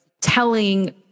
telling